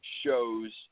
Shows